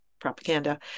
propaganda